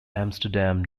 amsterdam